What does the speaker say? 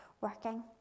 working